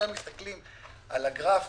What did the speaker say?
לפצות עליה, אבל במידה ומסתכלים על הגרף